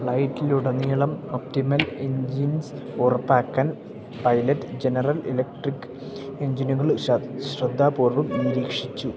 ഫ്ലൈറ്റിലുടനീളം optimal engines ഉറപ്പാക്കാൻ pilot General Electric എഞ്ചിനുകൾ ശ്രദ്ധാപൂർവ്വം നിരീക്ഷിച്ചു